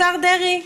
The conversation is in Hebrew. השר דרעי,